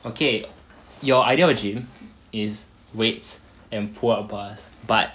okay your idea of gym is weights and pull up bars but